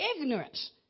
ignorance